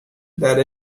that